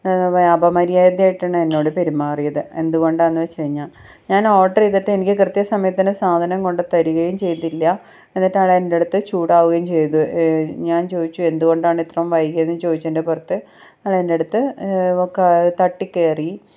അപമര്യാദയായിട്ടാണ് എന്നോട് പെരുമാറിയത് എന്തുകൊണ്ടാണെന്ന് വെച്ചുകഴിഞ്ഞാൽ ഞാൻ ഓർഡർ ചെയ്തിട്ട് എനിക്ക് കൃത്യസമയത്തിന് സാധനം കൊണ്ട് തരികയും ചെയ്തില്ല എന്നിട്ട് ആൾ എൻ്റെ അടുത്ത് ചൂടാവുകയും ചെയ്തു ഞാൻ ചോദിച്ചു എന്തുകൊണ്ടാണ് ഇത്രെയും വൈകിയത് എന്ന് ചോദിച്ചതിൻ്റെ പുറത്ത് അയാൾ എൻ്റെ അടുത്ത് ക തട്ടിക്കയറി